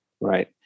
right